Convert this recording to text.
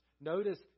Notice